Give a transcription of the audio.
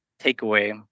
takeaway